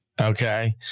Okay